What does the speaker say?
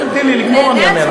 שלי, אני אענה.